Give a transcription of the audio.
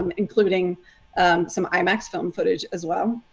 um including some imax film footage as well.